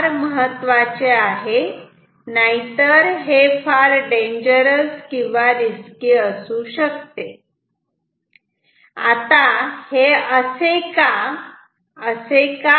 हे फार महत्व महत्वाचे आहे नाहीतर हे फार डेंजरस किंवा रीस्की असू शकते